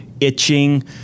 itching